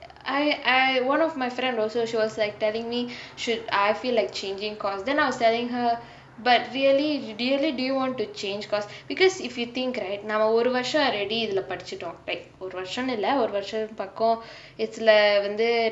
I I one of my friend also she was like telling me should I feel like changing course then I was telling her but really really do you want to change course because if you think right நாம ஒரு வர்ஷோ:naama oru varsho already இதுலே படிச்சுட்டோ:ithulae padichutto like ஒரு வர்ஷோனு இல்லே ஒரு வர்ஷோ பக்கோ இதுலே வந்து:oru varshonu illae oru varsho pakko ithulae vanthu